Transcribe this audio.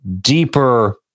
deeper